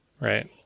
right